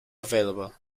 available